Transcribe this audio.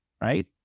right